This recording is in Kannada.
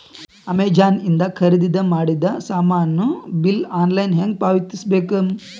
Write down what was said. ಅಮೆಝಾನ ಇಂದ ಖರೀದಿದ ಮಾಡಿದ ಸಾಮಾನ ಬಿಲ್ ಆನ್ಲೈನ್ ಹೆಂಗ್ ಪಾವತಿಸ ಬೇಕು?